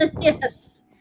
Yes